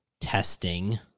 testing